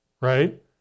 right